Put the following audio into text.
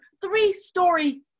three-story